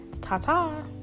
Ta-ta